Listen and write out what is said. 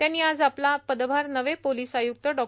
त्यांनी आज आपला पदभार नवे पोलीस आयुक्त डॉ